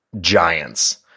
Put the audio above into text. giants